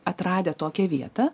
atradę tokią vietą